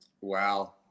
wow